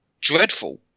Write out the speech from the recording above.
dreadful